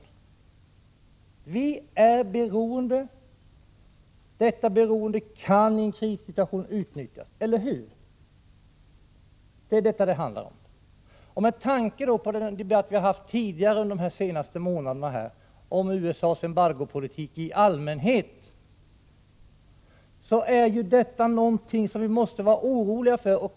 Vi är beroende, och detta beroende kan i en krissituation utnyttjas — eller hur? Med tanke på den debatt som vi har haft tidigare under de senaste månaderna om USA:s embargopolitik i allmänhet är detta något som vi måste vara oroliga för.